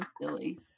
silly